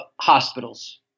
hospitals